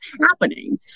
happening